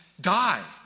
die